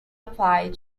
applied